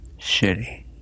shitty